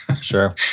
Sure